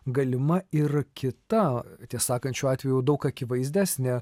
galima ir kita tiesa sakant šiuo atveju daug akivaizdesnė